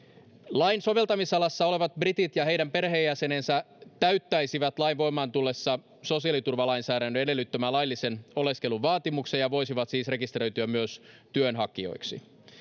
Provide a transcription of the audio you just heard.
lain soveltamisalassa olevat britit ja heidän perheenjäsenensä täyttäisivät lain voimaan tullessa sosiaaliturvalainsäädännön edellyttämän laillisen oleskelun vaatimuksen ja voisivat siis rekisteröityä myös työnhakijoiksi